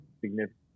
significant